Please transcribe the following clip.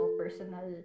personal